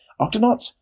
Octonauts